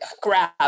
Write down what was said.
grab